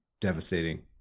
devastating